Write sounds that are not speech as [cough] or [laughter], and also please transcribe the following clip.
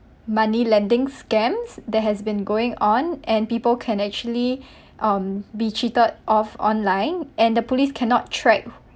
moneylending scams that has been going on and people can actually [breath] um be cheated off online and the police cannot track